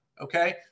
Okay